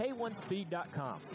K1Speed.com